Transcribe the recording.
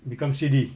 becomes C_D